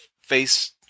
face